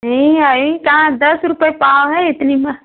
नहीं आई कहाँ दस रुपये पाव है इतनी माह